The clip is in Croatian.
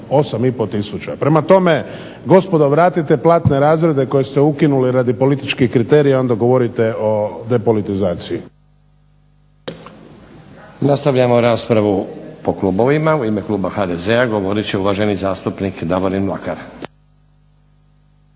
pol tisuća. Prema tome, vratite gospodo platne razrede koje ste ukinuli radi političkih kriterija onda govorite o depolitizaciji.